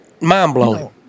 mind-blowing